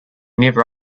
never